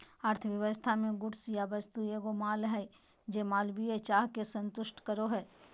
अर्थव्यवस्था मे गुड्स या वस्तु एगो माल हय जे मानवीय चाह के संतुष्ट करो हय